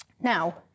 Now